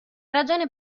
ragione